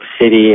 City